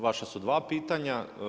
Vaša su dva pitanja.